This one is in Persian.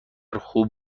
خوب